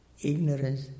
ignorance